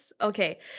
okay